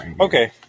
Okay